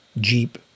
Jeep